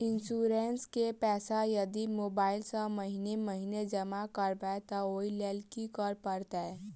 Insurance केँ पैसा यदि मोबाइल सँ महीने महीने जमा करबैई तऽ ओई लैल की करऽ परतै?